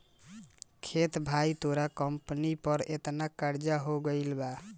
देख भाई तोरा कंपनी पर एतना कर्जा हो गइल बा